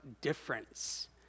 difference